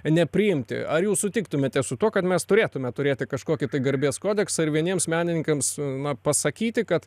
nepriimti ar jūs sutiktumėte su tuo kad mes turėtume turėti kažkokį tai garbės kodeksą ir vieniems menininkams na pasakyti kad